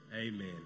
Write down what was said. amen